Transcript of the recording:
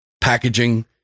packaging